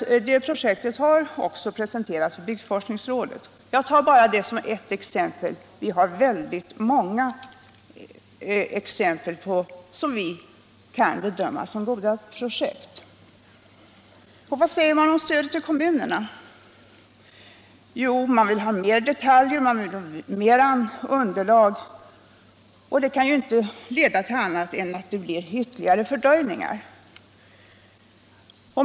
Det projektet har också presenterats för byggforskningsrådet. Vad säger socialdemokraterna om stödet till kommunerna? Jo, man vill ha mer detaljer, mer underlag, och tet kan ju inte leda till annat än att det blir ytterligare fördröjningar.